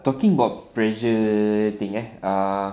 talking about pressure thing eh ah